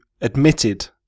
admitted